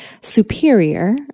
superior